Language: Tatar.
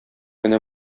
кенә